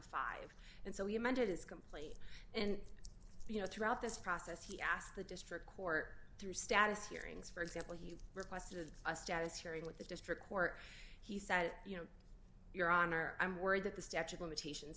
complete and you know throughout this process he asked the district court through status hearings for example he requested a status hearing with the district court he said you know your honor i'm worried that the statue of limitations